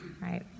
Right